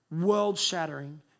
world-shattering